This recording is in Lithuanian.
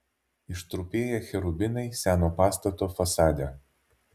ištrupėję cherubinai seno pastato fasade